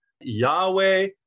Yahweh